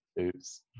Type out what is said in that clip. oops